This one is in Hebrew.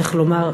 איך לומר,